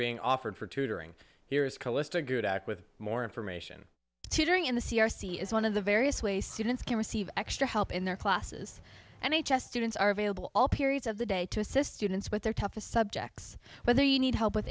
being offered for tutoring here is calista good act with more information tutoring in the c r c is one of the various ways students can receive extra help in their classes and they just students are available all periods of the day to assist students with their toughest subjects whether you need help with